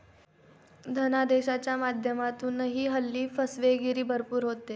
धनादेशाच्या माध्यमातूनही हल्ली फसवेगिरी भरपूर होते